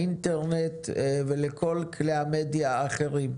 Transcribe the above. לאינטרנט ולכל כלי המדיה האחרים.